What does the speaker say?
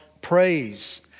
praise